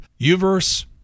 UVerse